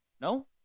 No